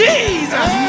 Jesus